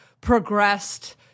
progressed